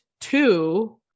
two